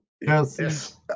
Yes